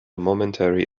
momentary